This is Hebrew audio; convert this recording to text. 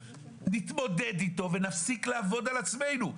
נתמודד איתו ונפסיק לעבוד על עצמנו.